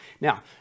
Now